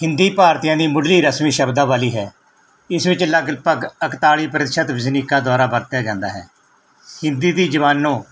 ਹਿੰਦੀ ਭਾਰਤੀਆਂ ਦੀ ਮੁੱਢਲੀ ਰਸਮੀ ਸ਼ਬਦਾਵਲੀ ਹੈ ਇਸ ਵਿੱਚ ਲਗਭਗ ਇੱਕਤਾਲੀ ਪ੍ਰਤੀਸ਼ਤ ਵਸਨੀਕਾਂ ਦੁਆਰਾ ਵਰਤਿਆ ਜਾਂਦਾ ਹੈ ਹਿੰਦੀ ਦੀ ਜ਼ਬਾਨੋਂ